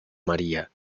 maría